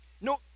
No